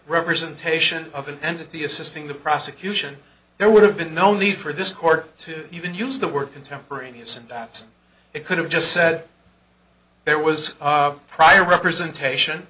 representation of an entity assisting the prosecution there would have been no need for this court to even use the word contemporaneous and that it could have just said there was prior representation